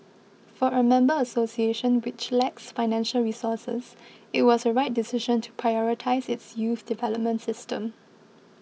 for a member association which lacks financial resources it was a right decision to prioritise its youth development system